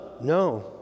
No